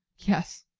yes,